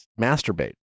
masturbate